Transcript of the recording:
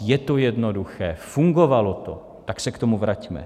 Je to jednoduché, fungovalo to, tak se k tomu vraťme.